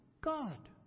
God